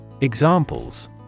Examples